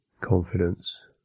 confidence